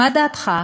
מה דעתך,